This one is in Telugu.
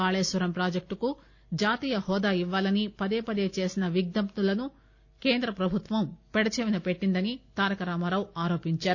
కాళేశ్వరం ప్రాజెక్టుకు జాతీయ హోదా ఇవ్వాలని పదేపదే చేసిన విజ్ఞప్తులను కేంద్ర ప్రభుత్వం పెడచెవిన పెట్టిందని తారకరామారావు ఆరోపించారు